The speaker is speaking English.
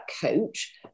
coach